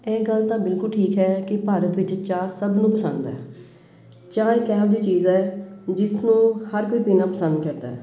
ਇਹ ਗੱਲ ਤਾਂ ਬਿਲਕੁਲ ਠੀਕ ਹੈ ਕਿ ਭਾਰਤ ਵਿੱਚ ਚਾਹ ਸਭ ਨੂੰ ਪਸੰਦ ਹੈ ਚਾਹ ਇੱਕ ਇਹੋ ਜਿਹੀ ਚੀਜ਼ ਹੈ ਜਿਸ ਨੂੰ ਹਰ ਕੋਈ ਪੀਣਾ ਪਸੰਦ ਕਰਦਾ ਹੈ